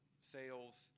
sales